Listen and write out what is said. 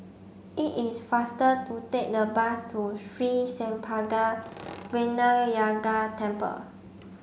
it is faster to take the bus to Sri Senpaga Vinayagar Temple